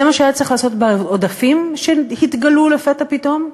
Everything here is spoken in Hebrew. זה מה שהיה צריך לעשות בעודפים שהתגלו לפתע פתאום,